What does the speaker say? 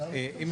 כן.